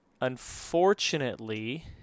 unfortunately